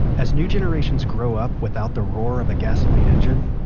as new generations grow up without the roar of a gasoline engine,